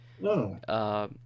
No